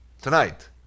tonight